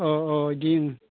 अह अह बिदि ओं